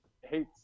hates